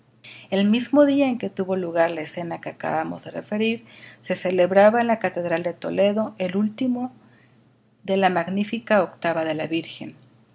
el mismo día en que tuvo lugar la escena que acabamos de referir se celebraba en la catedral de toledo el último de la magnífica octava de la virgen